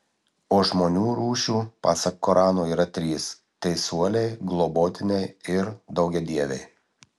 o žmonių rūšių pasak korano yra trys teisuoliai globotiniai ir daugiadieviai